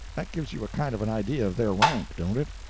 that gives you a kind of an idea of their rank, don't it?